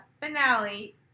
finale